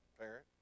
parent